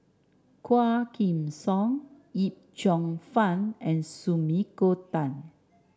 Quah Kim Song Yip Cheong Fun and Sumiko Tan